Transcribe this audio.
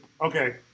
Okay